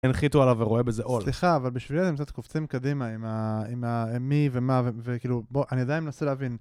הנחיתו עליו ורואה בזה עול. סליחה, אבל בשבילי אתם קצת קופצים קדימה עם מי ומה וכאילו, בוא, אני עדיין מנסה להבין.